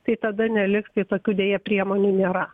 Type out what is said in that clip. tai tada neliks tai tokių deja priemonių nėra